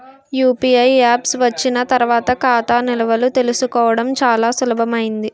UPI apps వచ్చిన తర్వాత ఖాతా నిల్వలు తెలుసుకోవడం చాలా సులభమైంది